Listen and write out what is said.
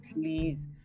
please